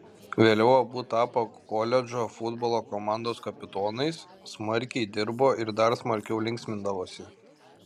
vėliau abu tapo koledžo futbolo komandos kapitonais smarkiai dirbo ir dar smarkiau linksmindavosi